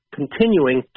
continuing